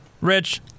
Rich